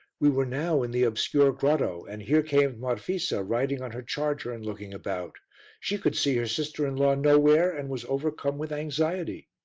we were now in the obscure grotto and here came marfisa, riding on her charger and looking about she could see her sister-in-law nowhere and was overcome with anxiety.